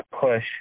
push